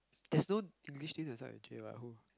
there's no English name that starts with J what who